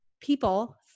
people